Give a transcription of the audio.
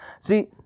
See